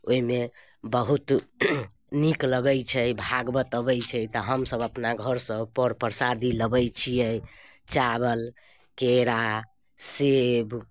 ओहिमे बहुत नीक लगै छै भागवत अबै छै तऽ हमसब अपना घरसँ पर परसादी लऽ कऽ लबै छिए चावल केरा सेब